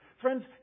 Friends